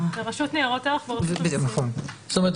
זאת אומרת,